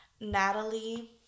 natalie